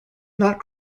not